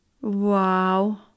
Wow